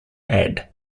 add